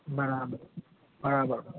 બરાબર બરાબર